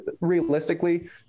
realistically